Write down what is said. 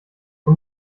vom